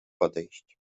podejść